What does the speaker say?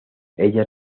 ella